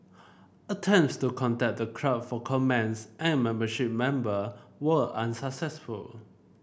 attempts to contact the club for comments and membership member were unsuccessful